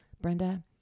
Brenda